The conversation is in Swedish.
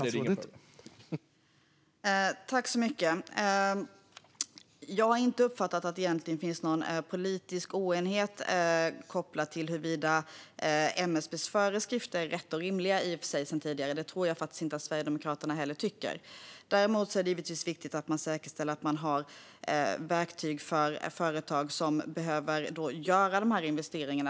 Det blev ingen fråga.